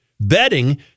Betting